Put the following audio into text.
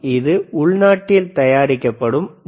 இது உள்நாட்டில் தயாரிக்கப்படும் டி